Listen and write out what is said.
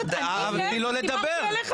תני לו לדבר.